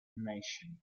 nation